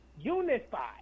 unified